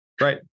Right